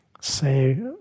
Say